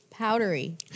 powdery